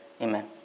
Amen